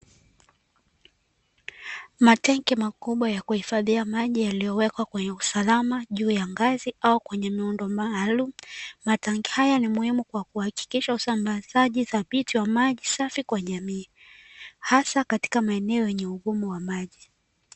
Matenki makubwa ya kuhifadhia maji, yaliyowekwa kwenye usalama juu ya ngazi au kwenye miundo maalumu. Matanki haya ni muhimu kwa kuhakikisha usambazaji thabiti wa maji safi katika jamii hasa katika maeneo yenye ugumu wa maji.